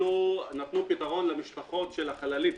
נתנו פתרון למשפחות של החללים,